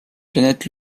planète